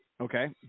Okay